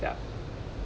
ya